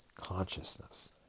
consciousness